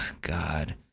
God